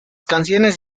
canciones